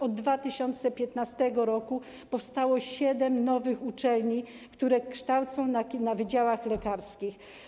Od 2015 r. powstało siedem nowych uczelni, które kształcą na wydziałach lekarskich.